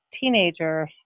teenager